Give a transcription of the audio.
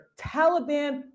Taliban